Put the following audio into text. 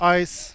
ice